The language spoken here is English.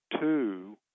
two